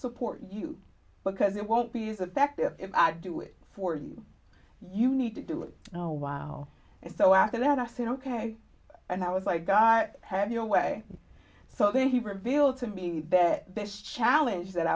support you because it won't be as effective if i do it for you you need to do it oh wow and so after that i said ok and i was like god i have no way so then he revealed to me that this challenge that